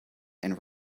and